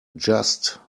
just